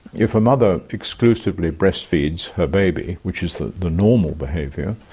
if a mother exclusively breastfeeds her baby, which is the the normal behaviour,